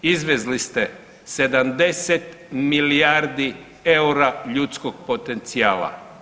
Izvezli ste 70 milijardi EUR-a ljudskog potencijala.